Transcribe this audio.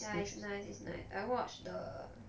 ya it's nice it's nice I watched the